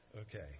Okay